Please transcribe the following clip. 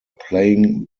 playing